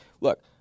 look